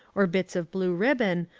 or bits of blue ribbon,